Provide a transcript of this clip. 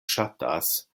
ŝatas